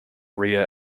rear